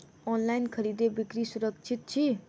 online खरीदै बिक्री सुरक्षित छी